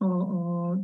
o o